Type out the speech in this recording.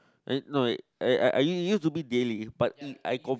I no I I I used to be daily but I com~